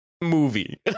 movie